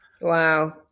Wow